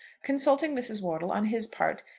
consulting mrs. wortle, on his part,